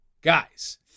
guys